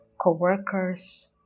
co-workers